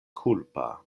kulpa